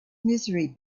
misery